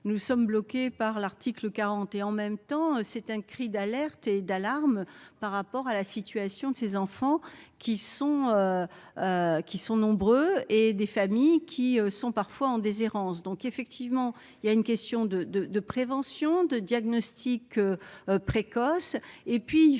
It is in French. nous sommes bloqués par l'article 40 et en même temps c'est un cri d'alerte et d'alarme par rapport à la situation de ces enfants qui sont, qui sont nombreux et des familles qui sont parfois en déshérence, donc effectivement il y a une question de, de, de prévention, de diagnostic précoce et puis je